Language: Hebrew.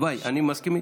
אני מסכים איתך.